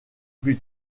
plus